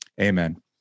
Amen